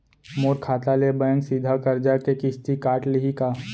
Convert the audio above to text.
मोर खाता ले बैंक सीधा करजा के किस्ती काट लिही का?